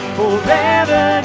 forever